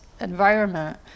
environment